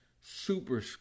super